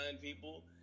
people